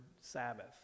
Sabbath